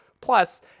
Plus